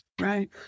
Right